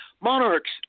monarchs